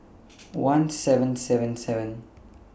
one seven seven seven